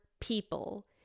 people